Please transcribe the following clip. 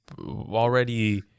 already